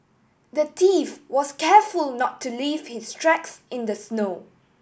the thief was careful not to leave his tracks in the snow